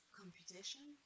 computation